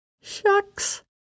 Shucks